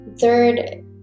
third